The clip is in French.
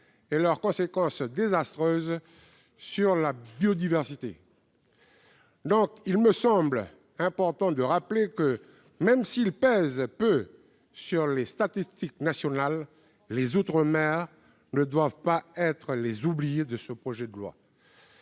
et leurs conséquences désastreuses sur la biodiversité ... Il me semble donc important de rappeler que, même s'ils pèsent peu sur les statistiques nationales, les outre-mer ne doivent pas être les oubliés de ce projet de loi.